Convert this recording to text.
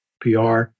pr